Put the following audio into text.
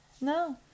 No